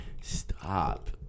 stop